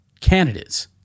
candidates